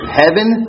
heaven